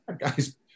guys